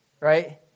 right